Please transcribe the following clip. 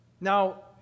Now